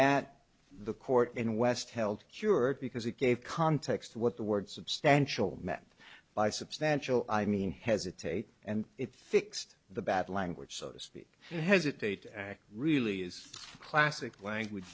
that the court in west held cured because it gave context what the word substantial met by substantial i mean hesitate and it fixed the bad language so to speak hesitate act really is a classic language